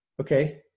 okay